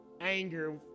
anger